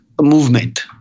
movement